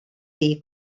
ddi